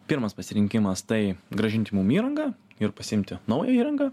pirmas pasirinkimas tai grąžinti mum įrangą ir pasiimti naują įrangą